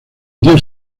dios